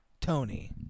Tony